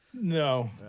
No